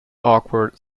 awkward